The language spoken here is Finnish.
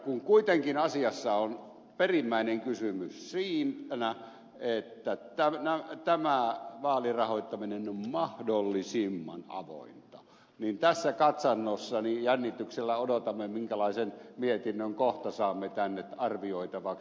kun kuitenkin asiassa on perimmäinen kysymys siitä että tämä vaalirahoittaminen on mahdollisimman avointa niin tässä katsannossa jännityksellä odotamme minkälaisen mietinnön kohta saamme tänne arvioitavaksi